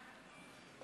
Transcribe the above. בבקשה.